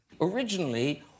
originally